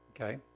Okay